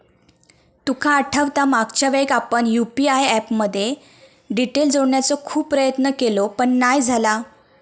तुका आठवता मागच्यावेळेक आपण यु.पी.आय ऍप मध्ये डिटेल जोडण्याचो खूप प्रयत्न केवल पण नाय झाला